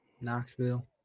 Knoxville